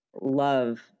love